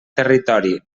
territori